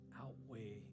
outweigh